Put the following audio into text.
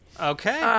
Okay